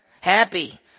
Happy